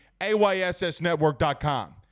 AYSSnetwork.com